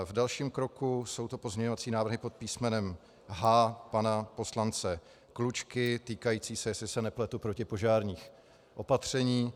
V dalším kroku jsou to pozměňovací návrhy pod písmenem H pana poslance Klučky týkající se, jestli se nepletu, protipožárních opatření.